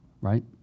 right